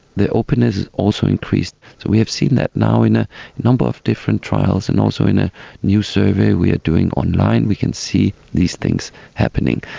their openness is also increased we have seen that now in a number of different trials and also in a new survey we are doing online, we can see these things happening,